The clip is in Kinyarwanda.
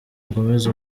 mukomeze